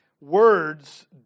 words